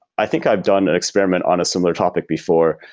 i think i've done an experiment on a similar topic before,